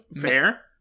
Fair